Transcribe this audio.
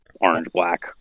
orange-black